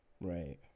right